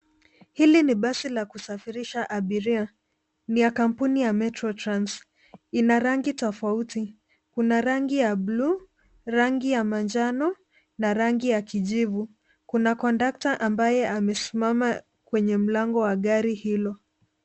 Hili ni basi la kusafirisha abiria, ni ya kampuni ya metro trans. Ina rangi tofauti, kuna rangi ya bluu, rangi ya manjano na rangi ya kijivu. Kuna kondakta ambaye amesimama kwenye mlango wa gari hilo.